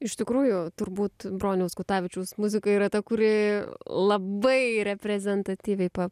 iš tikrųjų turbūt broniaus kutavičiaus muzika yra ta kuri labai reprezentatyviai pa